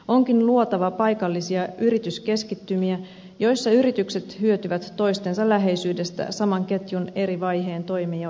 onkin luotava paikallisia yrityskeskittymiä joissa yritykset hyötyvät toistensa läheisyydestä saman ketjun eri vaiheen toimijoina